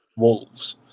Wolves